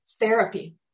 therapy